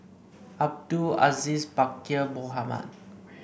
Abdul Aziz Pakkeer Mohamed